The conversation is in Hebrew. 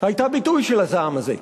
היתה ביטוי של הזעם הזה.